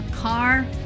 car